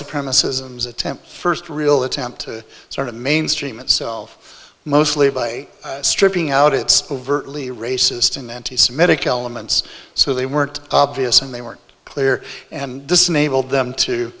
supremacy attempt first real attempt to sort of mainstream itself mostly by stripping out its overtly racist and anti semitic elements so they weren't obvious and they were clear and this may build them to